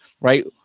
right